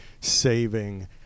saving